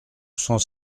cent